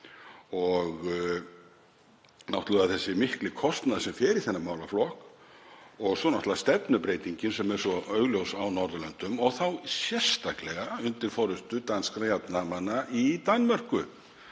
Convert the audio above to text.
og náttúrlega sá mikli kostnaður sem fer í þennan málaflokk og svo náttúrlega stefnubreytingin sem er svo augljós á Norðurlöndum og þá sérstaklega undir forystu jafnaðarmanna í Danmörku.